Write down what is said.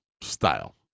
style